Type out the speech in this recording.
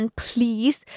please